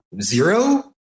zero